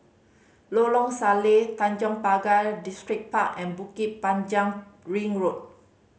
Lorong Salleh Tanjong Pagar Distripark and Bukit Panjang Ring Road